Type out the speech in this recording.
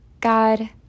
God